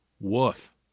Woof